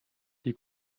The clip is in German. die